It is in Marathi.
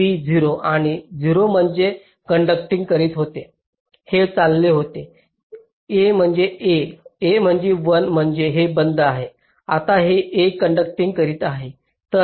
तर B 0 आणि 0 म्हणजे हे कंडुकटींग करीत होते हे चालले होते A म्हणजे 1 म्हणजे हे बंद आहे आता हे A कंडुकटींग करत आहे